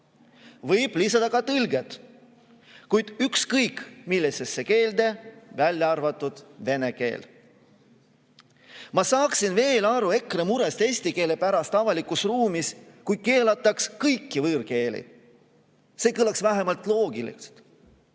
Võib lisada ka tõlked, kuid ükskõik millisesse keelde, välja arvatud vene keel. Ma saaksin veel aru EKRE murest eesti keele pärast avalikus ruumis, kui keelataks kõik võõrkeeled. See kõlaks vähemalt loogiliselt.